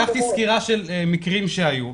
לקחתי סקירה של מקרים שהיו,